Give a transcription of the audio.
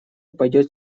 пойдет